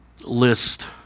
list